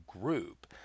group